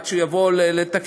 עד שהוא יבוא לתקן,